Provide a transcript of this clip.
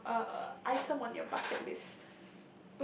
your uh item on your bucket list